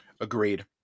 Agreed